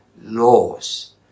laws